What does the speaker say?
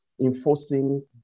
enforcing